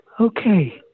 okay